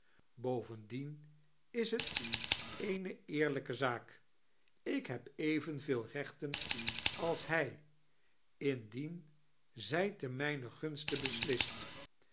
bovendien is het eene eerlijke zaak ik hsb evenveel irechten als hij indien zij te mijnen gunsstie beslist